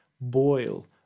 boil